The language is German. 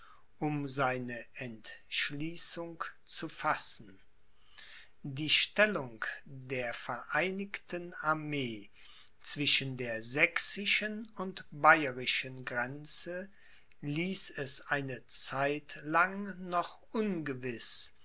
um seine entschließung zu fassen die stellung der vereinigten armee zwischen der sächsischen und bayerischen grenze ließ es eine zeit lang noch ungewiß